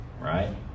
Right